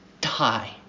Die